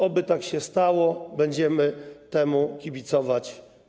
Oby tak się stało, będziemy temu kibicować.